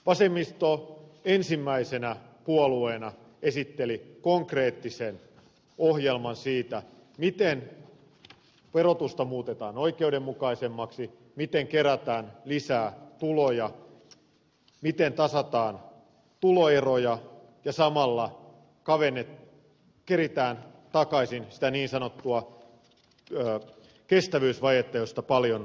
vasemmisto esitteli ensimmäisenä puolueena konkreettisen ohjelman siitä miten verotusta muutetaan oikeudenmukaisemmaksi miten kerätään lisää tuloja miten tasataan tuloeroja ja samalla keritään takaisin sitä niin sanottua kestävyysvajetta josta paljon on puhuttu